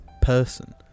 person